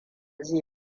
zai